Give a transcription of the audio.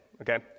okay